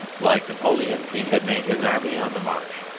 like napoleon, he had made his army on the march.